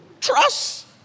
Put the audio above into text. trust